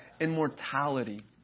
immortality